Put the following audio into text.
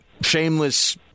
shameless